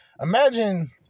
Imagine